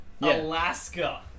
Alaska